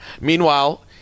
Meanwhile